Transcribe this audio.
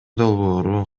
долбоору